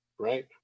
Right